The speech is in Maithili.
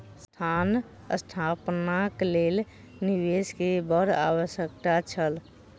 संस्थान स्थापनाक लेल निवेश के बड़ आवश्यक छल